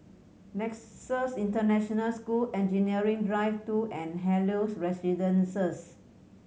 Nexus International School Engineering Drive Two and Helios Residences